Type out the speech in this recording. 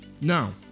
Now